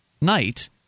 night